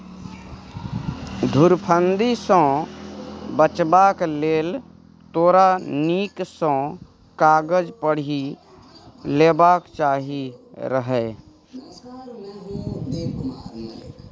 धुरफंदी सँ बचबाक लेल तोरा नीक सँ कागज पढ़ि लेबाक चाही रहय